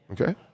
Okay